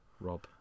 Rob